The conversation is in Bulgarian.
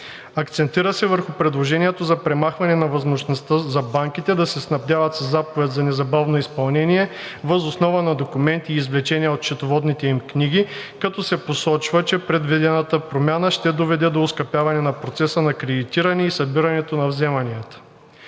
Акцентира се върху предложението за премахване на възможността за банките да се снабдяват със заповед за незабавно изпълнение въз основа на документи и извлечения от счетоводните им книги, като се посочва, че предвидената промяна ще доведе до оскъпяване на процеса на кредитиране и събирането на вземанията.